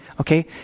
Okay